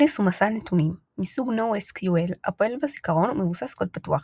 Redis הוא מסד נתונים מסוג NoSQL הפועל בזיכרון ומבוסס קוד פתוח,